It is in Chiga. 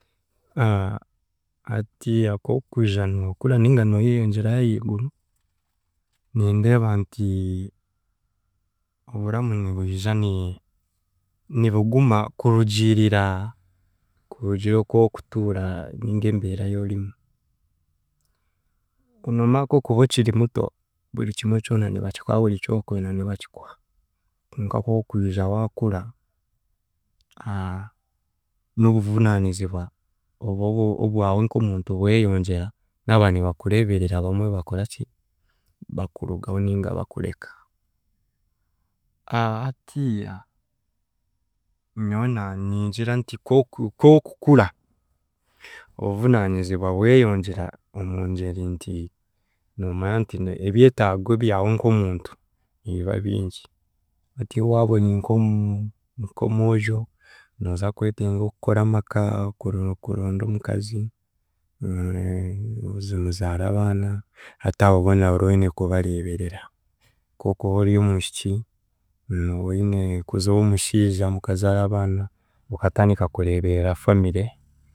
hatiiya kw'okwija nookura ninga nooyeyongyeraho ahiiguru, nindeeba nti oburamu nibwija ni- nibuguma kurugirira kurugirira okw'okutura ninga embeera y'orimu ku- noomanya kw’okuba okiri muto buri kimwe kyona nibakikuha buri ky’okwenda nibakikuha, konka kw'okwija waakura n’obuvunaanizibwa obu- obu- obwawe nk'omuntu bweyongyera n'aba nibakureeberera bamwe bakoraki bakurugaho ninga bakureka hatiiya nyowe naaningira nti kw'oku- kw'okukura, obuvunaanizibwa bweyongyera omungyeri nti, noomanya nti n'ebyetaago ebyawe nk'omuntu nibiba bingi hati waaba ori nk'omu- nk'omwojo nooza kwetenga okukora amaaka kuro kuronda omukazi, muzaara abaana hati abo boona oraba oine kubareeberera, k’okuba ori omwishiki, noine kuza ow'omushiija mukazaara abaana mukatandika kureeberera family